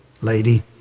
lady